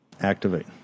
Activate